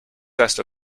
test